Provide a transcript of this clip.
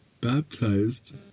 baptized